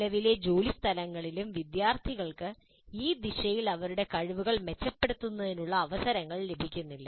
നിലവിലെ ജോലിസ്ഥലങ്ങളിലും വിദ്യാർത്ഥികൾക്ക് ഈ ദിശയിൽ അവരുടെ കഴിവുകൾ മെച്ചപ്പെടുത്തുന്നതിനുള്ള അവസരങ്ങൾ ലഭിക്കുന്നില്ല